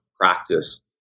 practice